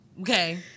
Okay